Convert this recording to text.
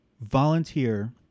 volunteer